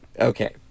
okay